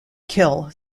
kill